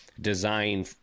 design